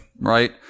right